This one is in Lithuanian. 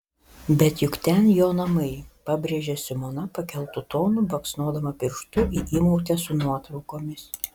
bet juk ten jo namai pabrėžė simona pakeltu tonu baksnodama pirštu į įmautę su nuotraukomis